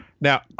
Now